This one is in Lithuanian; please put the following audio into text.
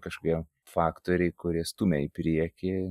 kažkokie faktoriai kurie stumia į priekį